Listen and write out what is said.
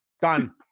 Done